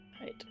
Right